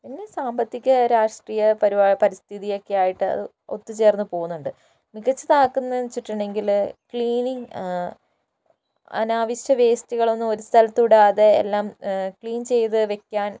പിന്നെ സാമ്പത്തിക രാഷ്ട്രീയ പരിസ്ഥിതിയൊക്കെയായിട്ട് അത് ഒത്തുചേർന്ന് പോകുന്നുണ്ട് മികച്ചതാക്കുന്നതെന്ന് വച്ചിട്ടുണ്ടെങ്കിൽ ക്ലീനിംഗ് അനാവശ്യ വേസ്റ്റുകളൊന്നും ഒരു സ്ഥലത്തും ഇടാതെ എല്ലാം ക്ലീൻ ചെയ്ത് വയ്ക്കാൻ